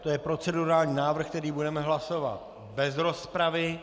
To je procedurální návrh, který budeme hlasovat bez rozpravy.